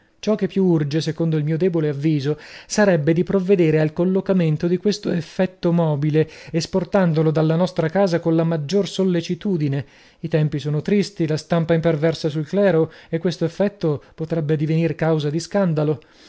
ciò che più urge secondo il mio debole avviso sarebbe di provvedere al collocamento di questo effetto mobile esportandolo dalla nostra casa colla maggior sollecitudine i tempi sono tristi la stampa imperversa sul clero e questo effetto potrebbe divenir causa di scandalo